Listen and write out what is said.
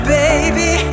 baby